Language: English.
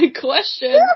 question